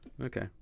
Okay